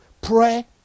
pray